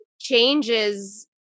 changes